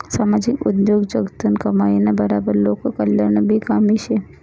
सामाजिक उद्योगजगतनं कमाईना बराबर लोककल्याणनंबी काम शे